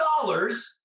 dollars